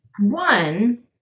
One